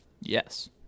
Yes